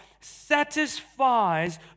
satisfies